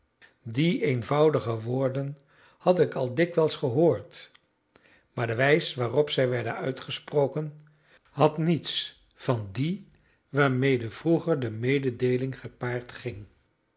die eenvoudige woorden had ik al dikwijls gehoord maar de wijs waarop zij werden uitgesproken had niets van die waarmede vroeger de mededeeling gepaard ging